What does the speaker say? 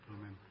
Amen